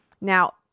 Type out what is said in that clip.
now